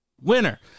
winner